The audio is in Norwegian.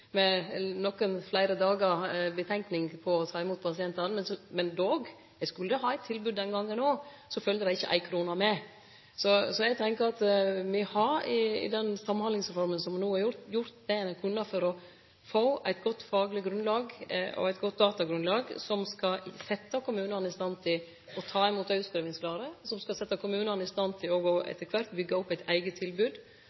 med nokre fleire dagars tenkjetid før ein tok imot pasientane, men likevel, dei skulle ha eit tilbod den gongen òg, følgde det ikkje éi krone med. Så eg tenkjer at me har med den Samhandlingsreforma som no er vedteken, gjort det me har kunna for å få eit godt fagleg grunnlag og eit godt datagrunnlag, som skal setje kommunane i stand til å ta imot dei utskrivingsklare, og etter kvart til å byggje opp eit eige tilbod, i tillegg til